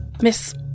Miss